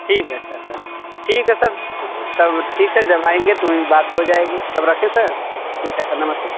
ठीक है अच्छा सर ठीक है सर तब ठीक है जब आएँगे तो वहीं बात हो जाएगी तब रखें सर ठीक है सर नमस्ते सर